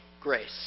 grace